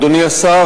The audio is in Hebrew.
אדוני השר,